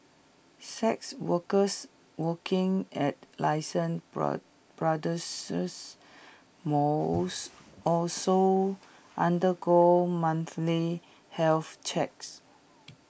sex workers working at licensed bra brothels must also undergo monthly health checks